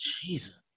Jesus